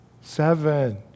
Seven